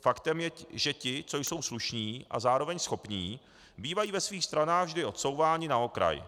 Faktem je, že ti, co jsou slušní a zároveň schopní, bývají ve svých stranách vždy odsouváni na okraj.